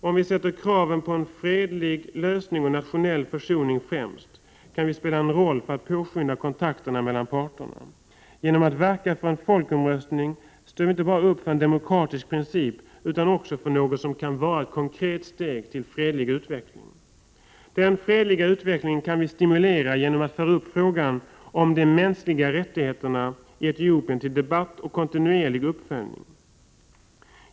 Om vi sätter kraven på en fredlig lösning och nationell försoning främst, kan vi spela en roll för att påskynda kontakterna mellan parterna. Genom att verka för en folkomröstning står vi upp inte bara för en demokratisk princip, utan också för något som kan vara ett konkret steg till en fredlig utveckling. Den fredliga utvecklingen kan vi stimulera genom att föra upp frågan om de mänskliga rättigheterna i Etiopien till debatt och kontinuerlig uppföljning.